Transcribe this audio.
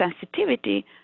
sensitivity